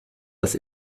das